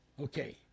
Okay